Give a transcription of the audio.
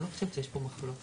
אני לא חושבת שיש פה מחלוקת.